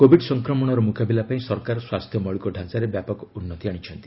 Covid ସଂକ୍ରମଣର ମୁକାବିଲା ପାଇଁ ସରକାର ସ୍ୱାସ୍ଥ୍ୟ ମୌଳିକ ଢାଞ୍ଚାରେ ବ୍ୟାପକ ଉନ୍ନତି ଆଣିଛନ୍ତି